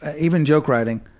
even joke writing,